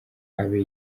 abe